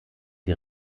die